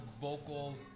vocal